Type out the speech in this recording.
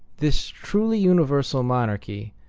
this truly universal monarchy,